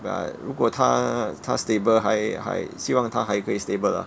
but 如果他他 stable 还还希望他还可以 stable lah